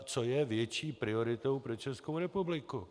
Co je větší prioritou pro Českou republiku?